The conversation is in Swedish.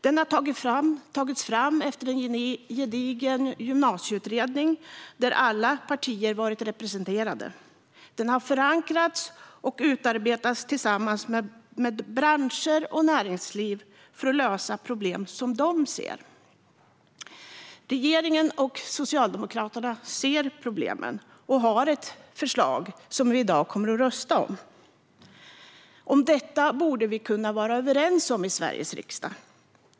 Den har tagits fram efter en gedigen gymnasieutredning, där alla partier har varit representerade. Den har förankrats och utarbetats tillsammans med branscher och näringsliv för att lösa problem som de ser. Regeringen och Socialdemokraterna ser problemen och har ett förslag som vi i dag kommer att rösta om. Detta borde vi kunna vara överens om i Sveriges riksdag.